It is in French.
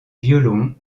violon